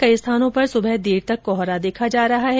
कई स्थानों पर सुबह देर तक कोहरा देखा जा रहा है